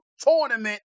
tournament